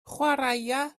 chwaraea